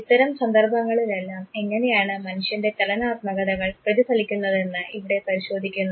ഇത്തരം സന്ദർഭങ്ങളിലെല്ലാം എങ്ങനെയാണ് മനുഷ്യൻറെ ചലനാത്മകതകൾ പ്രതിഫലിക്കുന്നതെന്ന് ഇവിടെ പരിശോധിക്കുന്നു